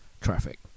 traffic